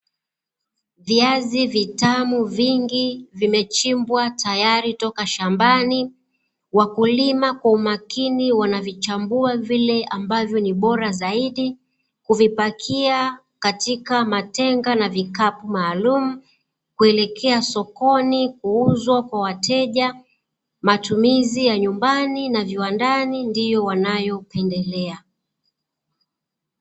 Viazi vitamu vingi vimechimbwa tayari toka shambani, wakulima kwa umakini wanavichambua vile ambavyo ni bora zaidi kuvipakia katika matenga na vikapu maalumu kuelekea sokoni kuuzwa kwa wateja, matumizi ya nyumbani na viwandani ndiyo wanayopendelea.